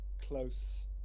close